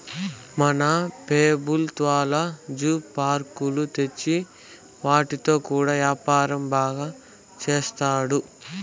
మన పెబుత్వాలు జూ పార్కులు తెచ్చి వాటితో కూడా యాపారం బాగా సేత్తండారు